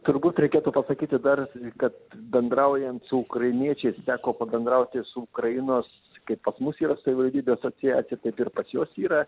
turbūt reikėtų pasakyti dar kad bendraujant su ukrainiečiais teko pabendrauti su ukrainos kaip pas mus yra savivaldybių asociacija taip ir pas juos yra